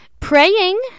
Praying